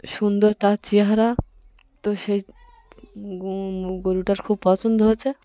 সুন্দর তার চেহারা তো সেই গরুটার খুব পছন্দ হয়েছে